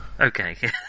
Okay